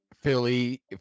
Philly